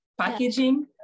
packaging